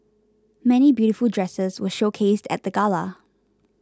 many beautiful dresses were showcased at the gala